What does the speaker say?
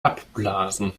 abblasen